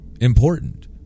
important